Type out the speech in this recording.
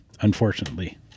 unfortunately